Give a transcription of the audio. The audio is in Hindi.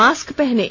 मास्क पहनें